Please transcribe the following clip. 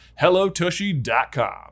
HelloTushy.com